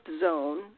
zone